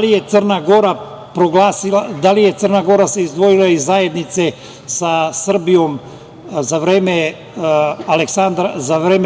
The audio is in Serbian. li se Crna Gora izdvojila iz zajednice sa Srbijom za vreme